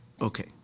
Okay